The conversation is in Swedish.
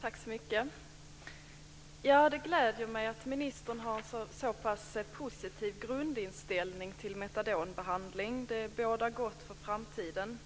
Herr talman! Det gläder mig att ministern har en så pass positiv grundinställning till metadonbehandling. Det bådar gott för framtiden.